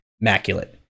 immaculate